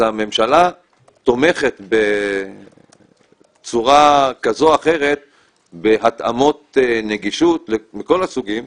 אז הממשלה תומכת בצורה כזו או אחרת בהתאמות נגישות מכל הסוגים,